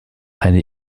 eine